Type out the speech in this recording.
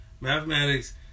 Mathematics